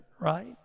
right